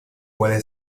puede